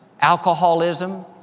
alcoholism